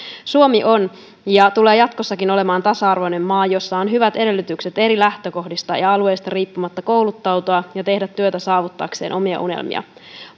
suomi on ja tulee jatkossakin olemaan tasa arvoinen maa jossa on hyvät edellytykset eri lähtökohdista ja ja alueista riippumatta kouluttautua ja tehdä työtä saavuttaakseen omia unelmiaan